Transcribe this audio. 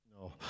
No